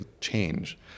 change